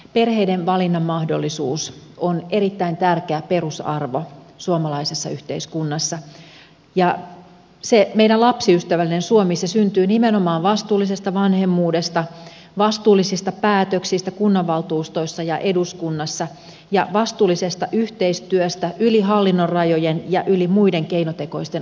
perheiden valinnanmahdollisuus on erittäin tärkeä perusarvo suomalaisessa yhteiskunnassa ja meidän lapsiystävällinen suomemme syntyy nimenomaan vastuullisesta vanhemmuudesta vastuullisista päätöksistä kunnanvaltuustoissa ja eduskunnassa ja vastuullisesta yhteistyöstä yli hallinnonrajojen ja yli muiden keinotekoisten aitojen